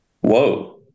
Whoa